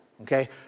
Okay